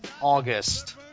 August